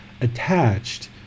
attached